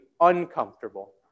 uncomfortable